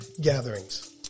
gatherings